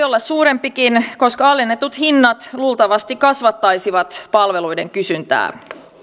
olla suurempikin koska alennetut hinnat luultavasti kasvattaisivat palveluiden kysyntää